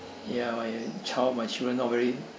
ya my child my children not very